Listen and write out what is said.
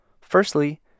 Firstly